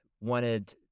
wanted